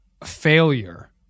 failure